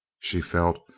she felt,